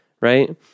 right